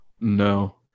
No